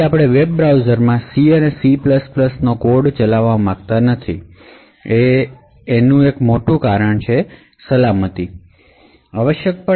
આપણે વેબ બ્રાઉઝરમાં C અને C કોડ કેમ ચલાવવા માંગતા નથી તે એક મોટું કારણ સલામતી છે